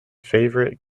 favourite